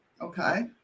Okay